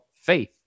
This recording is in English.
faith